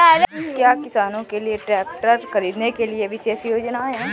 क्या किसानों के लिए ट्रैक्टर खरीदने के लिए विशेष योजनाएं हैं?